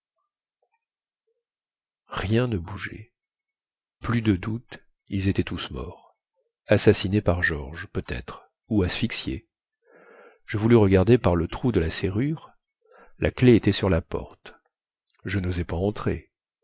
rien ne bougeait plus de doute ils étaient tous morts assassinés par george peut-être ou asphyxiés je voulus regarder par le trou de la serrure la clef était sur la porte je nosai pas entrer